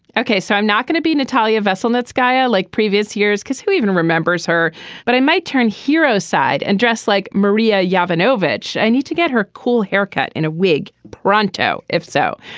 okay so i'm not going to be natalia vessel that's gaia like previous years because who even remembers her but i might turn hero aside and dress like maria jovanovic. i need to get her cool haircut in a wig pronto. if so.